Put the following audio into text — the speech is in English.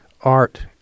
Art